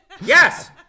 yes